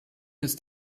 ist